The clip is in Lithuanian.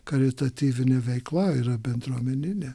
karitatyvinė veikla yra bendruomeninė